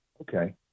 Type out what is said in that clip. Okay